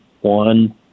one